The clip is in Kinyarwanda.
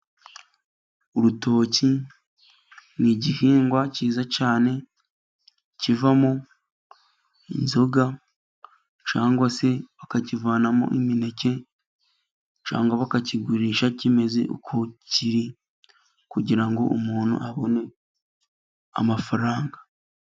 Urutoki ni igihingwa cyiza cyane, kivamo inzoga, cyangwa se ukakivanamo imineke, cyangwa bakakigurisha kimeze uko kiri, kugira ngo umuntu abone amafaranga.